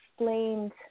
explained